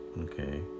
okay